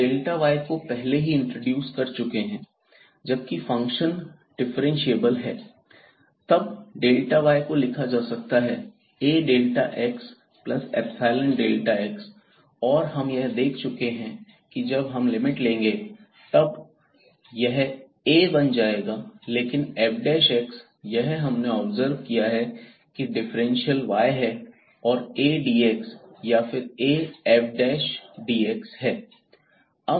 हम y को पहले से ही इंट्रोड्यूस कर चुके हैं जब फंक्शन डिफ्रेंशिएबल है तब y को लिखा जा सकता है AxϵΔx और हम यह देख चुके हैं कि जब हम लिमिट लेंगे तब यह A बन जाएगा लेकिन fxयह हमने ऑब्जर्व किया है की डिफरेंशियल y है A dx या फिर A fdx है